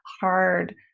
hard